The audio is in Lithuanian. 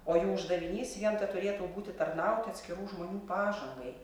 o jų uždavinys vien turėtų būti tarnauti atskirų žmonių pažangai